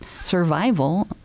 survival